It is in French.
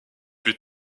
plus